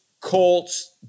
Colts